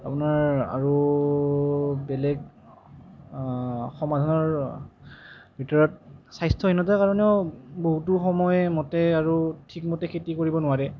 আপোনাৰ আৰু বেলেগ সমাধানৰ ভিতৰত স্বাস্থ্যহীনতাৰ কাৰণেও বহুতো সময়মতে আৰু ঠিকমতে খেতি কৰিব নোৱাৰে